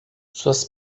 suas